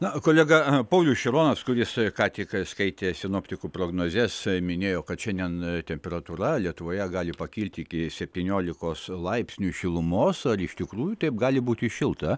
na kolega paulius šironas kuris ką tik skaitė sinoptikų prognozes minėjo kad šiandien temperatūra lietuvoje gali pakilt iki septyniolikos laipsnių šilumos ar iš tikrųjų taip gali būti šilta